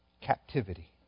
captivity